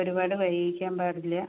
ഒരുപാട് വൈകിക്കാൻ പാടില്ല